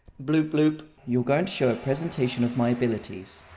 bloop bloop you're going to show a presentation of my abilities